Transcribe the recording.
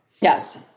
Yes